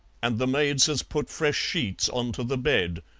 and the maids has put fresh sheets on to the bed.